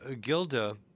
Gilda